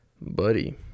buddy